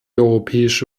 europäische